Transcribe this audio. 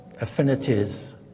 affinities